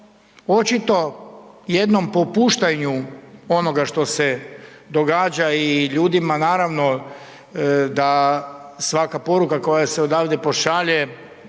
očito jednom popuštanju onoga što se događa i ljudima, naravno, da svaka poruka koja se odavde pošalje